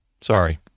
Sorry